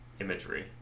imagery